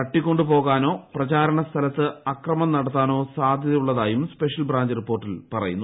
തട്ടികൊണ്ട പോകാനോ പ്രചാരണ സ്ഥലത്ത് അക്രമം നടത്താനോ സാധ്യതയുള്ളതായും സ്പെഷ്യൽ ബ്രാഞ്ച് റിപ്പോർട്ടിൽ പറയുന്നു